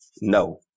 No